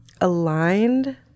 aligned